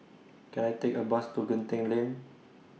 Can I Take A Bus to Genting Lane